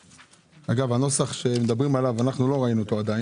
אגב, הנוסח שמדברים עליו לא ראינו עדיין.